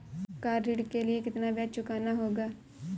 Car ऋण के लिए कितना ब्याज चुकाना होगा?